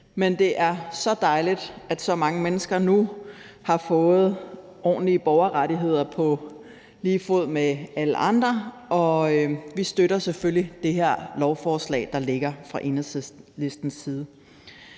men det er så dejligt, at så mange mennesker nu har fået ordentlige borgerrettigheder på lige fod med alle andre, og vi støtter selvfølgelig det her lovforslag, der foreligger, fra Enhedslistens side.